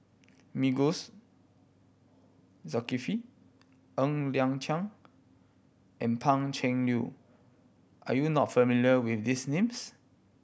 Masagos Zulkifli Ng Liang Chiang and Pan Cheng Lui are you not familiar with these names